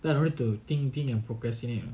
then I don't have to think think and procrastinate mah